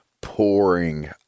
pouring